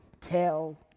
tell